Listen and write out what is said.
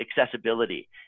accessibility